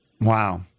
Wow